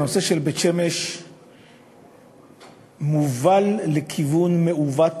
הנושא של בית-שמש מובל לכיוון מעוות,